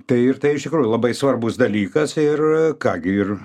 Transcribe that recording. tai ir tai iš tikrųjų labai svarbus dalykas ir ką gi ir